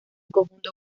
conjunto